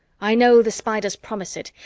i know the spiders promise it,